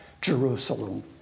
Jerusalem